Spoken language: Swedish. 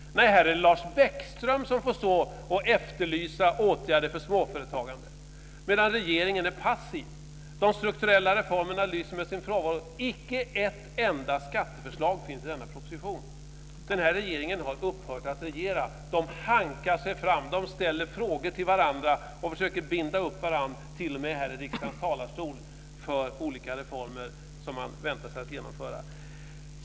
Nej, här är det Lars Bäckström som får stå och efterlysa åtgärder för småföretagande, medan regeringen är passiv. De strukturella reformerna lyser med sin frånvaro - icke ett enda skatteförslag finns i denna proposition. Den här regeringen har upphöra att regera. De hankar sig fram. De ställer frågor till varandra och försöker binda upp varandra t.o.m. här i riksdagens talarstol för olika reformer som man väntar sig att genomföra.